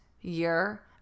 year